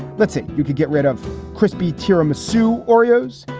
let's say you can get rid of crispy tiramisu, oreos,